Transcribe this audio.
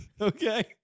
Okay